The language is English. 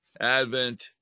Advent